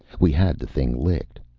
we had the thing licked.